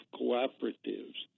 cooperatives